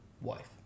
wife